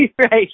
right